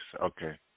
Okay